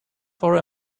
for